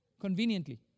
conveniently